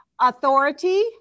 authority